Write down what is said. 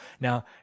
Now